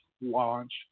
launch